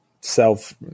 self